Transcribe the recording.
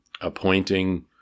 appointing